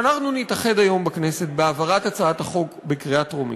שאנחנו נתאחד היום בכנסת בהעברת הצעת החוק בקריאה טרומית.